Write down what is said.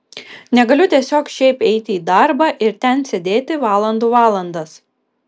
negaliu tiesiog šiaip eiti į darbą ir ten sėdėti valandų valandas